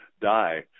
die